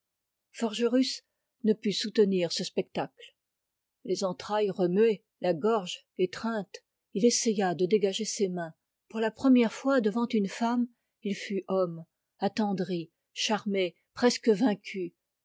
forgerus ne put soutenir ce spectacle les entrailles remuées la gorge étreinte il essaya de dégager ses mains pour la première fois devant une femme il fut homme attendri charmé presque vaincu